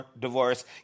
divorce